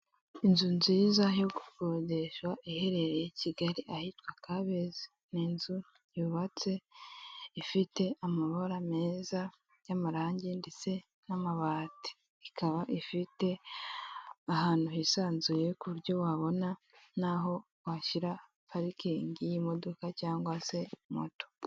Inzu nziza yo gukodesha iherereye i Kigali ahitwa Kabeza. Ni inzu yubatse ifite amabara meza y'amarangi ndetse n'amabati, ikaba ifite ahantu hisanzuye kuburyo wabona n'aho ushyira parikingi y'imodoka cyangwa se moto.